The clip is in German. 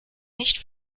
nicht